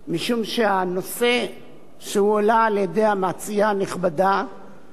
משום שהנושא שהועלה על-ידי המציעה הנכבדה הוא